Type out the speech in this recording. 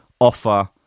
offer